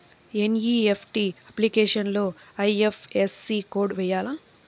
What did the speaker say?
NEFT అప్లికేషన్లో IFSC code వేయాలా?